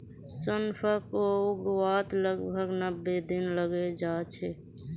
सौंफक उगवात लगभग नब्बे दिन लगे जाच्छे